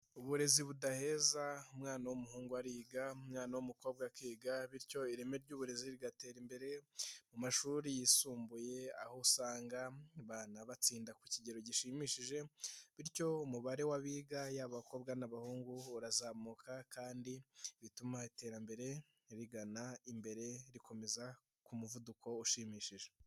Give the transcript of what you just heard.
Uburezi budaheza umwana w'umuhungu ariga, umwana w'umukobwa akiga bityo ireme ry'uburezi rigatera imbere mu mashuri yisumbuye, aho usanga abana batsinda ku kigero gishimishije, bityo umubare w'abiga yaba abakobwa n'abahungu urazamuka kandi bituma iterambere rigana imbere rikomeza ku muvuduko ushimishije.